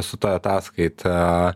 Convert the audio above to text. su ta ataskaita